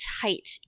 tight